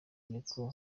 niko